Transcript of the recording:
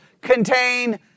contain